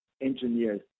engineers